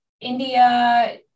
India